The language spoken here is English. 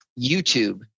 YouTube